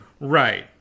Right